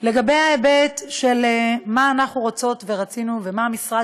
לגבי ההיבט של מה אנחנו רוצות ורצינו ומה המשרד